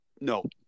No